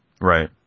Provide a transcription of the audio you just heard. Right